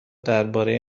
درباره